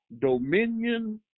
dominion